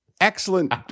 Excellent